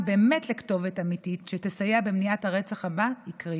לכתובת אמיתית שתסייע במניעת הרצח הבא היא קריטית.